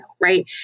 right